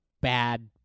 bad